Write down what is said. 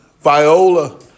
Viola